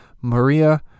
Maria